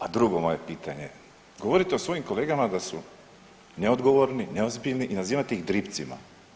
A drugo moje pitanje, govorite o svojim kolegama da su neodgovorni, neozbiljni i nazivate ih dripcima.